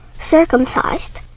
circumcised